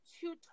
two